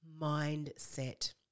mindset